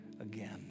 again